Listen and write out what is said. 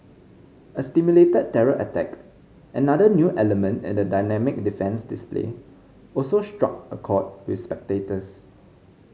a simulated terror attack another new element in the dynamic defence display also struck a chord with spectators